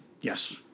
Yes